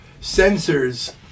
sensors